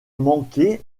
manqué